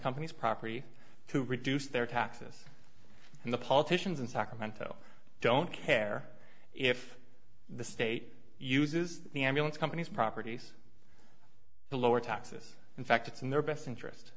companies property to reduce their taxes and the politicians in sacramento don't care if the state uses the ambulance companies properties to lower taxes in fact it's in their best interest